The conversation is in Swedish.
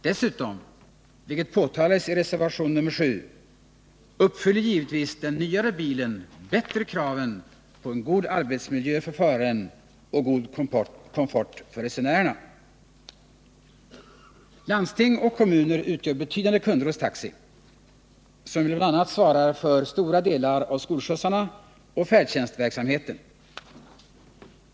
Dessutom — vilket påtalas i reservationen 7 — uppfyller givetvis den nyare bilen bättre kraven på en god arbetsmiljö för föraren och god komfort för resenärerna. Landsting och kommuner utgör betydande kunder hos taxi, som ju bl.a. svarar för stora delar av skolskjutsoch färdtjänstverksamheten.